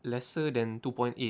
lesser than two point eight